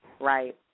right